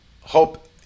hope